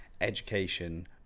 Education